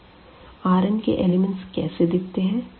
R n के elements कैसे दिखते हैं